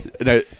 No